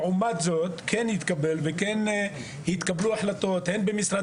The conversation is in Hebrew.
לעומת זאת התקבלו החלטות במשרד